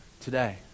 today